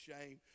shame